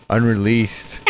Unreleased